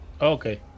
Okay